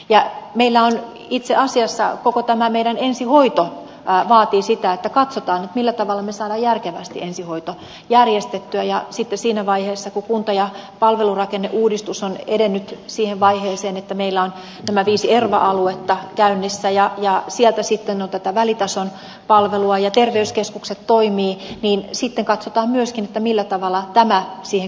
ja itse asiassa koko tämä meidän ensihoito vaatii sitä että katsotaan millä tavalla saadaan järkevästi ensihoito järjestettyä ja sitten siinä vaiheessa kun kunta ja palvelurakenneuudistus on edennyt siihen vaiheeseen että meillä on nämä viisi erva aluetta käynnissä ja sieltä sitten on tätä välitason palvelua ja terveyskeskukset toimivat katsotaan myöskin millä tavalla tämä ensihoitojärjestelmä siihen kokonaisuuteen istuu